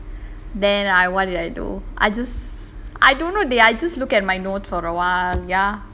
then I what did I do I just I don't know dey I just look at my notes for awhile ya